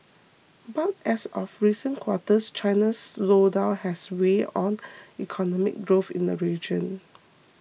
but as of recent quarters China's slowdown has weighed on economic growth in the region